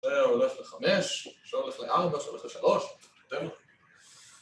זה הולך ל-5, זה הולך ל-4, זה הולך ל-3,